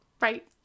Right